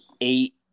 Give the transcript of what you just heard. eight